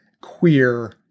queer